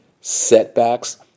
setbacks